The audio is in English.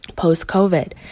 post-COVID